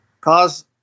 cause